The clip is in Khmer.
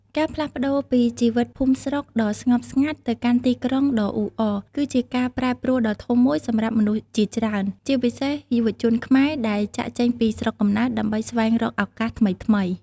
ការផ្លាស់ប្តូរពីជីវិតភូមិស្រុកដ៏ស្ងប់ស្ងាត់ ទៅកាន់ទីក្រុងដ៏អ៊ូអរ គឺជាការប្រែប្រួលដ៏ធំមួយសម្រាប់មនុស្សជាច្រើន ជាពិសេសយុវជនខ្មែរដែលចាកចេញពីស្រុកកំណើតដើម្បីស្វែងរកឱកាសថ្មីៗ។